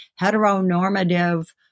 heteronormative